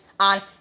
on